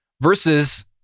versus